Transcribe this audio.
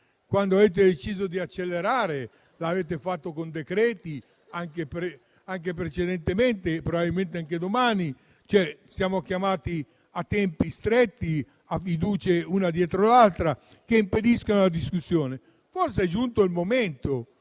quando avete deciso di accelerare, l'avete fatto con decreti-legge. Lo avete fatto in precedenza e probabilmente lo farete anche domani: siamo chiamati a tempi stretti e a fiducie una dietro l'altra, che impediscono la discussione. Forse è giunto il momento